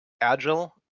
agile